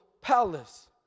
palace